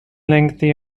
lengthy